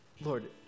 Lord